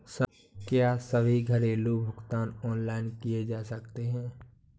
क्या सभी घरेलू भुगतान ऑनलाइन किए जा सकते हैं?